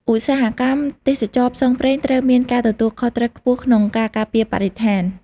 ឧស្សាហកម្មទេសចរណ៍ផ្សងព្រេងត្រូវមានការទទួលខុសត្រូវខ្ពស់ក្នុងការការពារបរិស្ថាន។